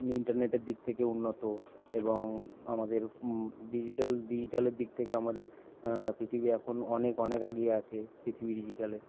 ইন্টারনেটের দিক থেকেও উন্নত এবং আমাদের ডিজিটাল ডিজিটালের দিক থেকে আমাদের পৃথিবী এখন অনেক অনেক আগিয়ে আছে পৃথিবী ডিজিটালে